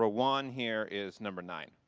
rowan here is number nine,